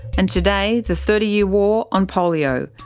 and today the thirty year war on polio.